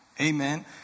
Amen